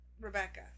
Rebecca